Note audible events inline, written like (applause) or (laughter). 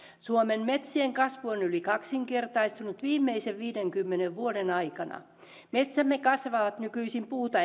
suomen metsien kasvu on yli kaksinkertaistunut viimeisen viidenkymmenen vuoden aikana metsämme kasvavat nykyisin puuta (unintelligible)